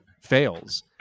fails